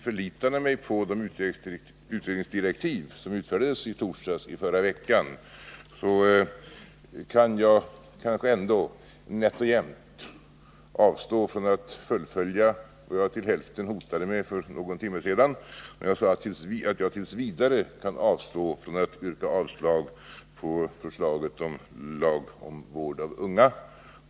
Förlitande mig på de utredningsdirektiv som utfärdades i förra veckan kan jag kanske — nätt och jämnt — avstå från att fullfölja vad jag för någon timme sedan till hälften hotade med när jag sade att jag t. v. kunde avstå från att yrka avslag på förslaget till lag om vård av unga.